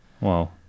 Wow